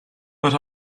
but